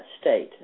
state